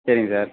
சரிங்க சார்